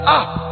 up